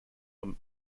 are